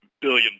billion